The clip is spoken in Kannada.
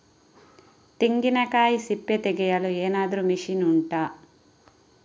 ತೆಂಗಿನಕಾಯಿ ಸಿಪ್ಪೆ ತೆಗೆಯಲು ಏನಾದ್ರೂ ಮಷೀನ್ ಉಂಟಾ